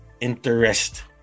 interest